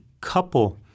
couple